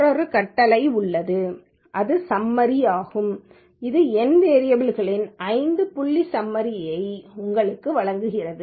மற்றொரு கட்டளை உள்ளது இது ஸம்மரிமாகும் இது எண் வேரியபல் களின் ஐந்து புள்ளி ஸம்மரித்தை உங்களுக்கு வழங்குகிறது